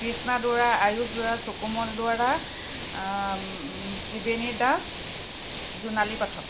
Krishna Duwara Ayuj Duwara Sukumal Duwara Tribeni Das Jonali Pathak